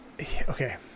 Okay